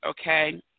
okay